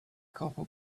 copper